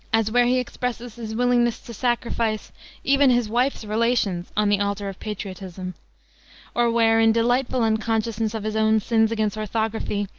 as where he expresses his willingness to sacrifice even his wife's relations on the altar of patriotism or, where, in delightful unconsciousness of his own sins against orthography,